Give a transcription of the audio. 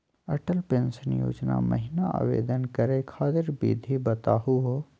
Atal pension योजना महिना आवेदन करै खातिर विधि बताहु हो?